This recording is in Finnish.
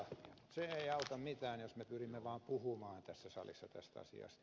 se ei auta mitään jos me pyrimme vaan puhumaan tässä salissa tästä asiasta